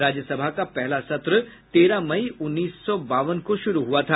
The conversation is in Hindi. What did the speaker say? राज्य सभा का पहला सत्र तेरह मई उन्नीस सौ बावन को शुरू हुआ था